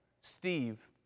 Steve